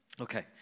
Okay